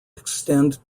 extend